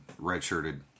Redshirted